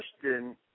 question